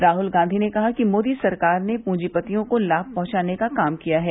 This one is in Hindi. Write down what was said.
राहल गांधी ने कहा कि मोदी सरकार ने पूंजीपतियों को लाम पहुंचाने का काम किया है